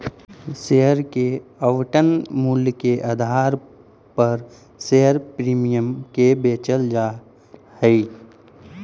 share के आवंटन मूल्य के आधार पर शेयर प्रीमियम के बेचल जा हई